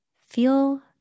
Feel